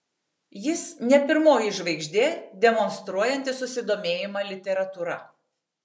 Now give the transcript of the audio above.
jis ne pirmoji žvaigždė demonstruojanti susidomėjimą literatūra